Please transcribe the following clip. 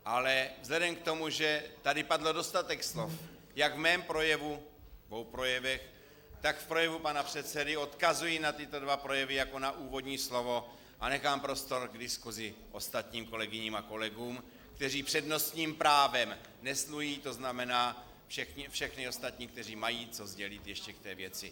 Ale vzhledem k tomu, že tady padl dostatek slov jak v mém projevu, dvou projevech, tak v projevu pana předsedy, odkazuji na tyto dva projevy jako na úvodní slovo a nechám prostor k diskusi ostatním kolegyním a kolegům, kteří přednostním právem neslují, to znamená všem ostatním, kteří mají co sdělit ještě k té věci.